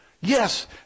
Yes